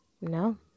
No